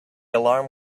alarm